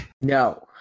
No